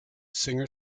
singer